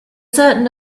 certain